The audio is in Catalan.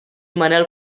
manel